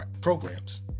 programs